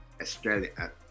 Australia